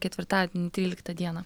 ketvirtadienį tryliktą dieną